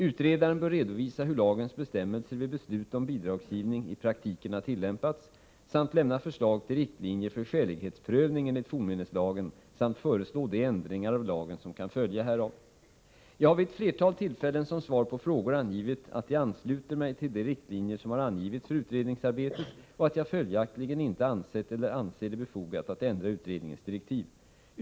Utredaren bör redovisa hur lagens bestämmelser vid beslut om bidragsgivning i praktiken har tillämpats, lämna förslag till riktlinjer för skälighetsprövning enligt fornminneslagen samt föreslå de ändringar av lagen som kan följa härav. Jag har vid flera tillfällen som svar på frågor meddelat att jag ansluter mig till de riktlinjer som har angivits för utredningsarbetet och att jag följaktligen inte ansett eller anser det befogat att ändra utredningens direktiv.